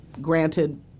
granted